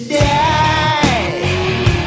die